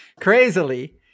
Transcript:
Crazily